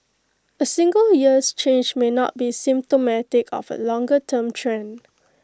A single year's change may not be symptomatic of A longer term trend